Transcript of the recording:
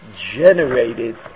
generated